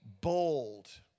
bold